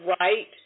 right